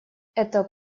это